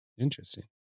interesting